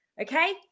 Okay